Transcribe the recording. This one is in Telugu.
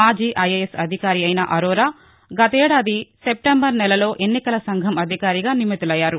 మాజీ ఐఏఎస్ అధికారి అయిన అరోరా గతేదాది సెప్టెంబర్ నెలలో ఎన్నికల సంఘం అధికారిగా నియమితులయ్యారు